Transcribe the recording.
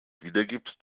wiedergibst